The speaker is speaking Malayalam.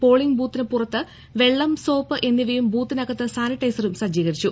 പോളിംഗ് ബൂത്തിന് പുറത്ത് വെള്ളം സോപ്പ് എന്നിവയും ബൂത്തിനകത്ത് സാനിറ്റൈസറും സജ്ജീകരിച്ചു